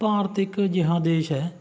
ਭਾਰਤ ਇੱਕ ਅਜਿਹਾ ਦੇਸ਼ ਹੈ